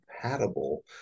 compatible